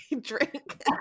drink